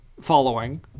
following –